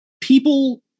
people